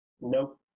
nope